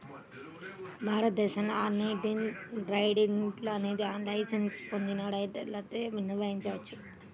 భారతదేశంలో organised retailing అనేది licence పొందిన రిటైలర్లచే నిర్వహించబడేది